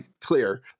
clear